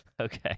Okay